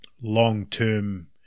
long-term